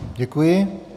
Děkuji.